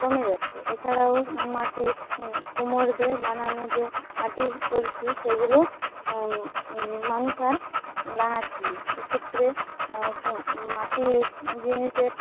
কমে যাচ্ছে এছাড়াও মাটির কুমোরদের বানানো যে মাটির কলসি সেগুলো মানুষ আর লাগাচ্ছে না সেক্ষেত্রে মাটির জিনিসের